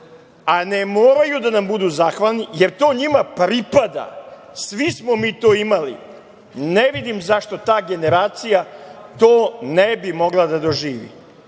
i ne moraju da budu zahvalni jer im to pripada. Svi smo mi to imali i ne vidim zašto ta generacija to ne bi mogla da doživi.